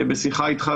בשיחה איתך,